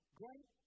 great